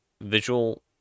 visual